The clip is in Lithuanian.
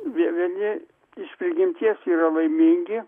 vieni iš prigimties yra laimingi